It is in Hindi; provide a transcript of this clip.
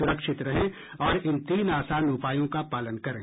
सुरक्षित रहें और इन तीन आसान उपायों का पालन करें